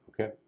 Okay